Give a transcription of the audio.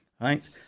right